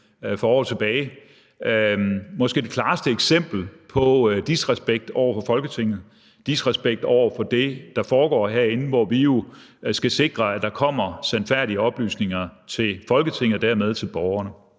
for år tilbage. Det er måske det klareste eksempel på disrespekt over for Folketinget og disrespekt over for det, der foregår herinde, hvor vi jo skal sikre, at der kommer sandfærdige oplysninger til Folketinget og dermed til borgerne.